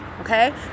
okay